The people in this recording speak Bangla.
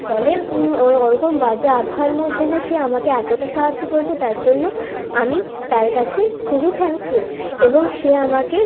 ফলে ও ওরকম বাজে আবহাওয়ার মধ্যে যে সে আমাকে এতটা সাহায্য করেছে তার জন্য আমি তার কাছে খুবই থ্যাঙ্কফুল এবং সে আমাকে